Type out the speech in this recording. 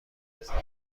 پسرها